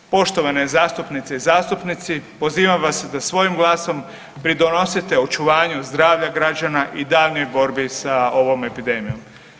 Poštovane zastupnice i zastupnici, pozivam vas da svojim glasom pridonosite očuvanju zdravlja građana i daljnjoj borbi sa ovom epidemijom.